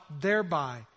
thereby